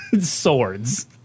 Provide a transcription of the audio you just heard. swords